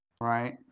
right